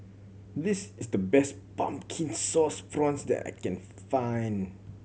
this is the best Pumpkin Sauce Prawns that I can find